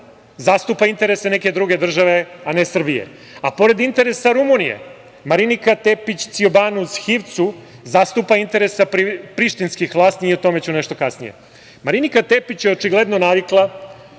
zastupa interese neke druge države, a ne Srbije. Pored interesa Rumunije, Marinika Tepić Ciobanu Zhivcu zastupa interese prištinskih vlasti, a o tome ću nešto kasnije. Marinika Tepić je očigledno navikla